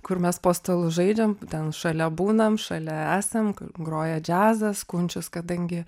kur mes po stalu žaidžiam ten šalia būnam šalia esam groja džiazas kunčius kadangi